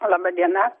laba diena